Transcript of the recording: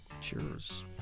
Cheers